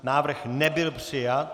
Návrh nebyl přijat.